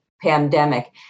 pandemic